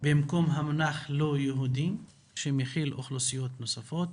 במקום המונח 'לא יהודים' שמכיל אוכלוסיות נוספות.